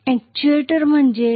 actuator म्हणजे काय